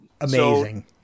Amazing